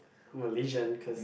Malaysian cause